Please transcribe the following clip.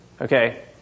okay